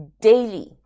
daily